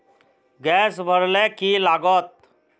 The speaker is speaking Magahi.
गैस भरले की लागत?